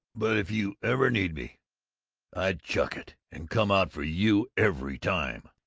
but if you ever needed me i'd chuck it and come out for you every time!